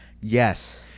Yes